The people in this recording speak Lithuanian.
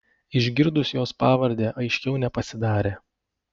išgirdus jos pavardę aiškiau nepasidarė